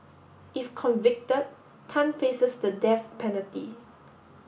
if convicted Tan faces the death penalty